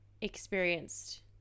experienced